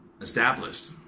established